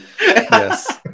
Yes